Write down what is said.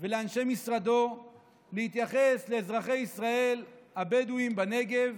ולאנשי משרדו להתייחס לאזרחי ישראל הבדואים בנגב